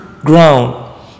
ground